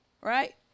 right